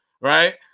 right